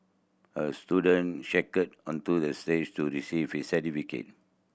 a student skated onto the stage to receive his certificate